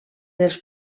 els